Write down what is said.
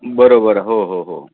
बरं बरं हो हो हो